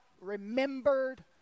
remembered